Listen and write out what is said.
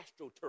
astroturf